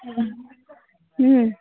हूँ हूँ